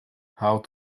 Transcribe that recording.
how